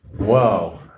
wow!